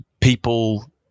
people